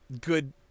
good